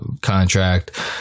contract